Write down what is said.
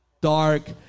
dark